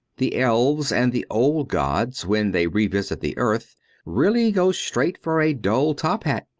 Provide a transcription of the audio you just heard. the elves and the old gods when they revisit the earth really go straight for a dull top-hat.